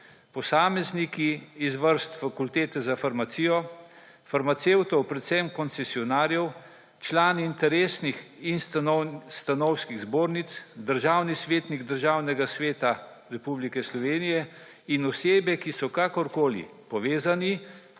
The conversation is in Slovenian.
Posamezniki iz vrst Fakultete za farmacijo, farmacevtov, predvsem koncesionarjev, člani interesnih in stanovskih zbornic, državni svetnik Državnega sveta Republike Slovenije in osebe, ki so kakorkoli povezane